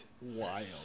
wild